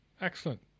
excellent